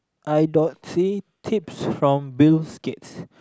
I don't see tips from Bill-Gate's